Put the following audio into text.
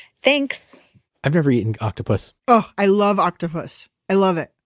thanks i've never eaten octopus i love octopus. i love it.